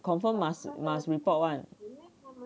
confirm must must report one